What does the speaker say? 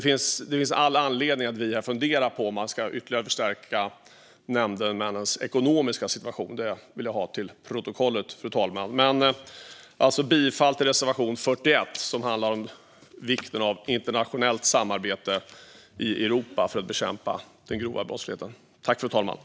Men det finns all anledning att fundera på om man ytterligare ska förstärka nämndemännens ekonomiska situation. Detta vill jag ha till protokollet. Jag yrkar bifall till reservation 41, som handlar om vikten av internationellt samarbete i Europa för att bekämpa den grova brottsligheten.